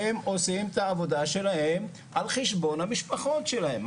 הם עושים את העבודה שלהם על חשבון המשפחות שלהם,